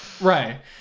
Right